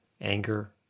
anger